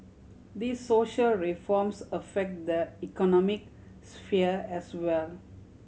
these social reforms affect the economic sphere as well